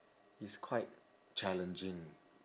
it's quite challenging